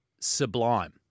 sublime